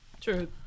True